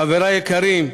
חברי היקרים,